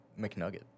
McNugget